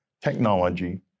technology